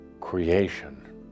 creation